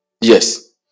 yes